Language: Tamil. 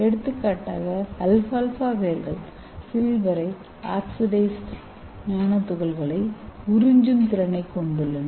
எடுத்துக்காட்டாக அல்பால்ஃபா வேர்கள் சில்வர் Ag நானோ துகள்களை உறிஞ்சும் திறனைக் கொண்டுள்ளன